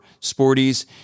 Sporties